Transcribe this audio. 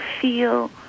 feel